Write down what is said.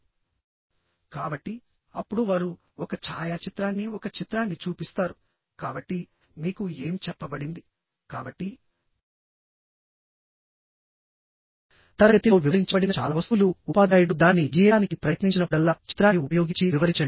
కాబట్టి అప్పుడు వారు ఒక ఛాయాచిత్రాన్ని ఒక చిత్రాన్ని చూపిస్తారు కాబట్టి మీకు ఏమి చెప్పబడింది కాబట్టి తరగతిలో వివరించబడిన చాలా వస్తువులు ఉపాధ్యాయుడు దానిని గీయడానికి ప్రయత్నించినప్పుడల్లా చిత్రాన్ని ఉపయోగించి వివరించండి